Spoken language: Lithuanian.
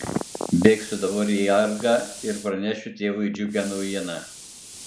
bėgsiu dabar į argą ir pranešiu tėvui džiugią naujieną